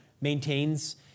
maintains